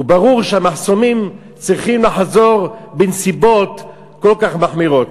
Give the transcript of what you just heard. וברור שהמחסומים צריכים לחזור בנסיבות כל כך מחמירות.